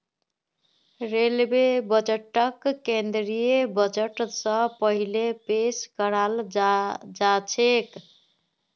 railway बजटक केंद्रीय budget स पहिले पेश कराल जाछेक